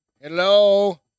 Hello